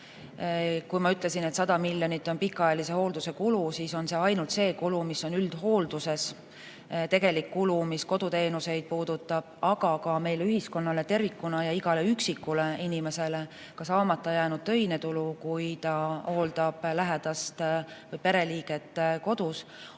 Kui ma ütlesin, et 100 miljonit on pikaajalise hoolduse kulu, siis see on ainult see kulu, mis on üldhoolduses. Tegelik kulu, mis puudutab koduteenuseid, aga ka meie ühiskonnale tervikuna ja igale üksikule inimesele saamata jäänud töine tulu, kui ta hooldab kodus lähedast või pereliiget, on